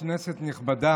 היושב-ראש, כנסת נכבדה,